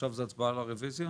הצבעה על הרביזיה?